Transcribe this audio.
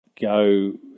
go